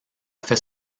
fait